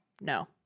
no